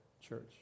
Church